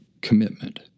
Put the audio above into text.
commitment